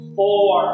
four